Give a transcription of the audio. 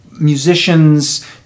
musicians